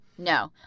No